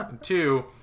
Two